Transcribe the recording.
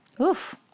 oof